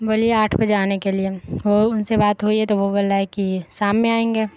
بولیے آٹھ بجے آنے کے لیے وہ ان سے بات ہوئی ہے تو وہ بول رہا ہے کہ شام میں آئیں گے